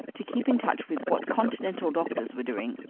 to keep in touch with what continental doctors were doing.